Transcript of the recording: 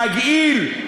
מגעיל,